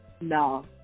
No